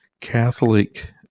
Catholic